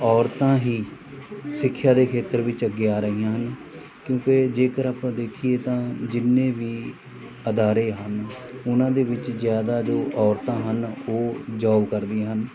ਔਰਤਾਂ ਹੀ ਸਿੱਖਿਆ ਦੇ ਖੇਤਰ ਵਿੱਚ ਅੱਗੇ ਆ ਰਹੀਆਂ ਹਨ ਕਿਉਂਕਿ ਜੇਕਰ ਆਪਾਂ ਦੇਖੀਏ ਤਾਂ ਜਿੰਨੇ ਵੀ ਅਦਾਰੇ ਹਨ ਉਹਨਾਂ ਦੇ ਵਿੱਚ ਜ਼ਿਆਦਾ ਜੋ ਔਰਤਾਂ ਹਨ ਉਹ ਜੋਬ ਕਰਦੀਆਂ ਹਨ